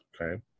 Okay